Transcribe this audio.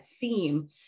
theme